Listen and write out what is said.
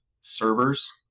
servers